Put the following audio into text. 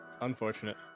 Unfortunate